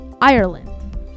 Ireland